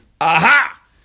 Aha